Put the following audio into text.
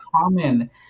common